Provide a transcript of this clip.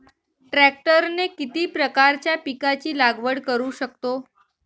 ट्रॅक्टरने किती प्रकारच्या पिकाची लागवड करु शकतो?